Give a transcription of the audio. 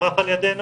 מוסמך על ידינו,